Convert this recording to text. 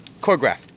Choreographed